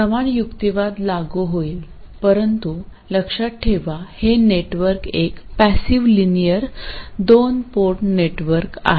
समान युक्तिवाद लागू होईल परंतु लक्षात ठेवा हे नेटवर्क एक पॅसिव लिनियर दोन पोर्ट नेटवर्क आहे